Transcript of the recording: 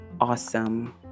awesome